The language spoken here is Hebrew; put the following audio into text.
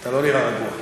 אתה לא נראה רגוע.